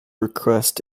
request